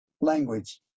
language